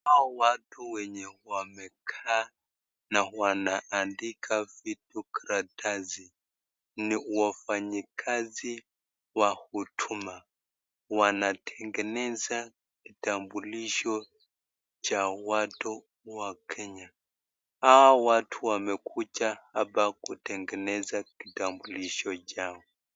Hao watu wenye wamekaa na wanaadika vitu kwenye karatasi ni wafanyikazi wa huduma wantengeneza kitambulisho cha watu wa kenya, hao watu wanekuja hapa kutengeneza kitambulisho chao.